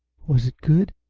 was it good?